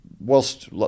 whilst